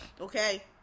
okay